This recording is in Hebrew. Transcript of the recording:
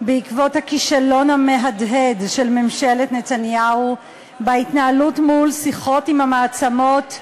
בעקבות הכישלון המהדהד של ממשלת נתניהו בהתנהלות מול השיחות עם המעצמות,